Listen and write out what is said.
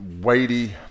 weighty